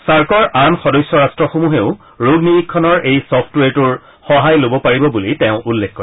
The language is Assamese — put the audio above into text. ছাৰ্কৰ আন সদস্য ৰট্টসমূহেও ৰোগ নিৰীক্ষণৰ এই ছফ্টৱেৰটোৰ সহায় লব পাৰিব বুলি তেওঁ উল্লেখ কৰে